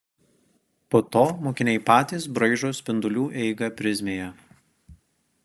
po to mokiniai patys braižo spindulių eigą prizmėje